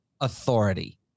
authority